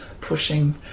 pushing